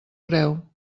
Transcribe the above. creu